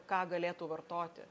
ką galėtų vartoti